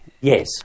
Yes